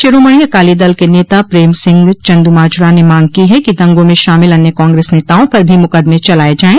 शिरोमणि अकाली दल के नेता प्रेम सिंह चंद्माजरा ने मांग की है कि दंगों में शामिल अन्य कांग्रेस नताओं पर भी मुकदमें चलाए जाये